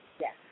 Yes